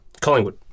Collingwood